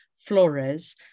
Flores